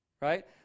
Right